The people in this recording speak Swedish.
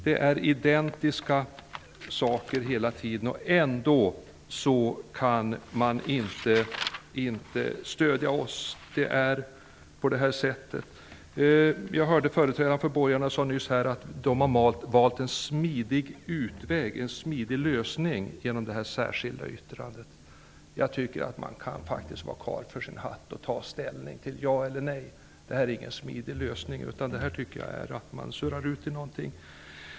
Det är nästan identiska uttalanden, och ändå kan man inte stödja oss! En företrädare för borgarna sade nyss att de valt en smidig lösning genom det här särskilda yttrandet. Jag tycker att man borde kunna vara karl för sin hatt och ta ställning, ja eller nej. Det här är ingen smidig lösning, här surrar man bara ut.